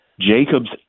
Jacob's